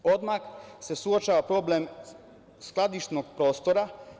Odmah se uočava problem skladišnog prostora.